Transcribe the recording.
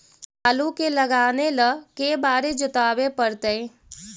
आलू के लगाने ल के बारे जोताबे पड़तै?